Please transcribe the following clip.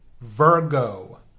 Virgo